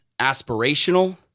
aspirational